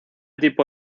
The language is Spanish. tipo